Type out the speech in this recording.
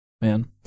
Man